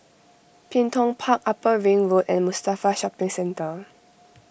Bin Tong Park Upper Ring Road and Mustafa Shopping Centre